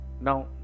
Now